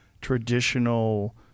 traditional